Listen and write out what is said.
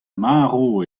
marv